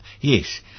Yes